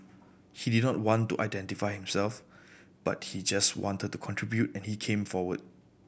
he did not want to identify himself but he just wanted to contribute and he came forward